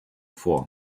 vor